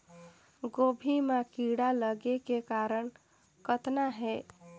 गोभी म कीड़ा लगे के कारण कतना हे?